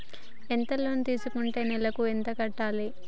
ఎంత లోన్ తీసుకుంటే నెలకు ఎంత కట్టాలి?